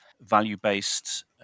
value-based